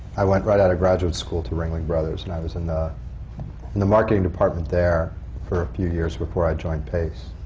i went right out of graduate school to ringling brothers, and i was in the in the marketing department there for a few years, before i joined pace.